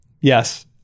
Yes